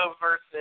versus